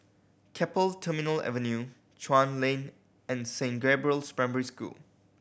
Keppel Terminal Avenue Chuan Lane and Saint Gabriel's Primary School